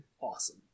Awesome